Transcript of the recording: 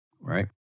right